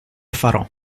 farò